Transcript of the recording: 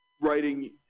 writing